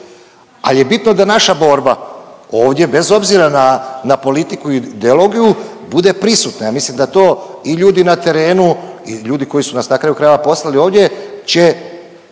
al je bitno da naša borba ovdje bez obzira na, na politiku i ideologiju bude prisutna, ja mislim da to i ljudi na terenu i ljudi koji su nas na kraju krajeva poslali ovdje će